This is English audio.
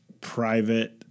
private